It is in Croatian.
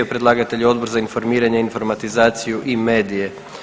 Predlagatelj je Odbor za informiranje, informatizaciju i medije.